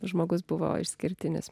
žmogus buvo išskirtinis